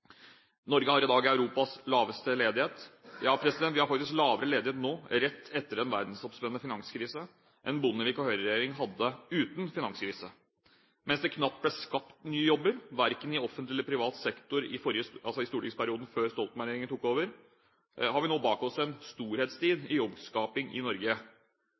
Norge har i dag Europas laveste ledighet. Ja, vi har faktisk lavere ledighet nå, rett etter en verdensomspennende finanskrise, enn det Bondevik-regjeringen hadde uten finanskrise. Mens det knapt ble skapt nye jobber, verken i offentlig eller privat sektor i stortingsperioden før Stoltenberg-regjeringen tok over, har vi nå bak oss en storhetstid i jobbskaping i Norge.